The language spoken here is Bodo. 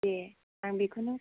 दे आं बेखौनो